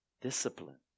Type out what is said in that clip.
discipline